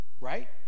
right